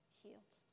healed